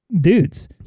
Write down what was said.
dudes